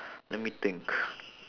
let me think